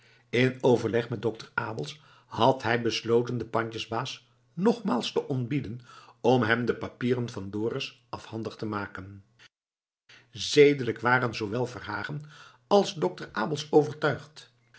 in overleg met dokter abels had hij besloten den pandjesbaas nogmaals te ontbieden om hem de papieren van dorus afhandig te maken zedelijk waren zoowel verhagen als dokter abels overtuigd